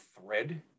thread